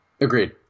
Agreed